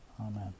Amen